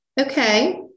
Okay